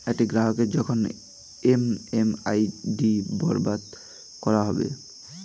একটি গ্রাহককে কখন এম.এম.আই.ডি বরাদ্দ করা হবে?